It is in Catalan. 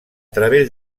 través